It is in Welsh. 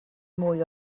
mwy